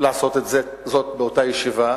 לעשות זאת באותה ישיבה,